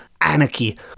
anarchy